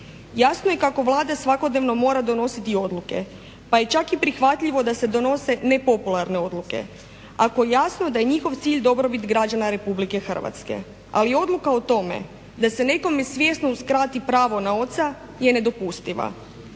Jasno je kako Vlada svakodnevno mora donositi i odluke, pa je čak i prihvatljivo da se donose nepopularne odluke ako je jasno da je njihov cilj dobrobit građana Republike Hrvatske. Ali odluka o tome da se nekome svjesno uskrati pravo na oca je nedopustiva.